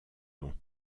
long